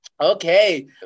Okay